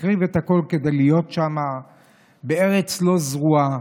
להקריב את הכול כדי להיות שם בארץ לא זרועה,